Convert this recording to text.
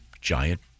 giant